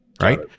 Right